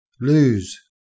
lose